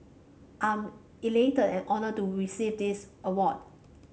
I am elated and honoured to receive this award